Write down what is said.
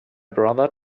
brother